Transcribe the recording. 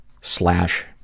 slash